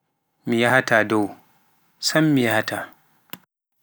Miyahaata dow sam mi yahataa.